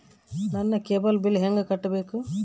ನನ್ನ cable bill ಹೆಂಗ ಕಟ್ಟಬೇಕು?